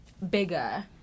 Bigger